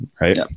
Right